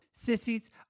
Sissies